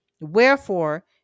Wherefore